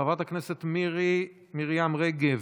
חברת הכנסת מירי מרים רגב,